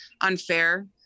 unfair